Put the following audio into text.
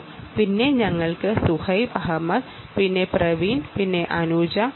പിന്നെ ഞങ്ങൾക്ക് സുഹൈബ് അഹമ്മദ് പ്രവീൺ അനുജ എന്നിവരുടെയും സഹായം കിട്ടി